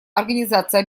организация